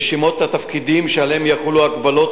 רשימות התפקידים שעליהם יחולו ההגבלות